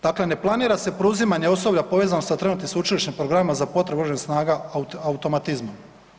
Dakle ne planira se preuzimanje osoblja povezano sa trenutnim sveučilišnim programima za potrebu OS-a automatizmom.